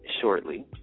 Shortly